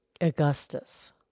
Augustus